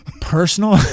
personal